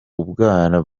ubwana